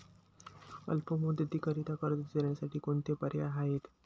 अल्प मुदतीकरीता कर्ज देण्यासाठी कोणते पर्याय आहेत?